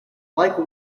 like